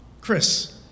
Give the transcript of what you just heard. Chris